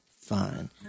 fine